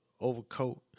overcoat